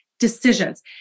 Decisions